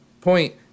point